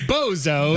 Bozo